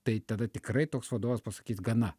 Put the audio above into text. tai tada tikrai toks vadovas pasakys gana